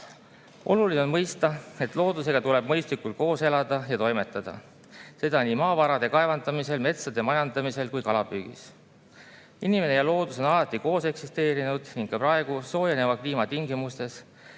Oluline on mõista, et loodusega tuleb mõistlikult koos elada ja toimetada, seda nii maavarade kaevandamisel, metsade majandamisel kui ka kalapüügis. Inimene ja loodus on alati koos eksisteerinud. Ka praegu soojeneva kliima tingimustes